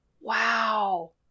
wow